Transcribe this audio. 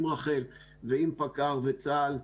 עם רח"ל ועם פקע"ר וצה"ל,